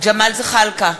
ג'מאל זחאלקה,